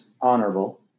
honorable